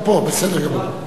אתה פה, בסדר גמור.